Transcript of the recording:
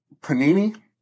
Panini